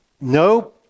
No